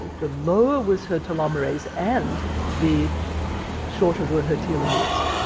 the lower was her telomerase and the shorter were her telomeres.